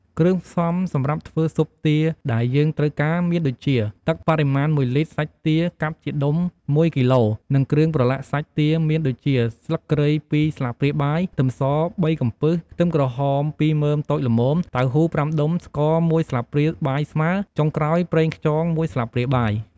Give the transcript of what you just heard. គ្រឿងផ្សំំសម្រាប់ធ្វើស៊ុបទាដែលយើងត្រូវការមានដូចជា ទឹកបរិមាណ ១លីត្រ សាច់ទា កាប់ជាដុំ ១ គីឡូ និងគ្រឿងប្រឡាក់សាច់ទាមានដូចជា ស្លឹកគ្រៃ ២ស្លាបព្រាបាយ ខ្ទឹមស ៣ កំពឹស ខ្ទឹមក្រហម ២ មើមតូចល្មម តៅហ៊ូ ៥ដុំ ស្ករ ១ ស្លាបព្រាបាយស្មើ ចុងក្រោយ ប្រេងខ្យង ១ស្លាបព្រាបាយ។